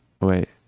wait